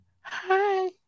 Hi